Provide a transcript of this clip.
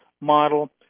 model